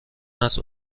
است